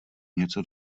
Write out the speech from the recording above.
něco